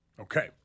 Okay